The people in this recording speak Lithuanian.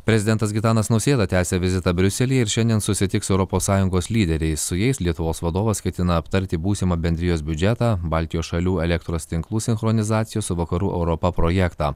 prezidentas gitanas nausėda tęsia vizitą briuselyje ir šiandien susitiks su europos sąjungos lyderiais su jais lietuvos vadovas ketina aptarti būsimą bendrijos biudžetą baltijos šalių elektros tinklų sinchronizacijos su vakarų europa projektą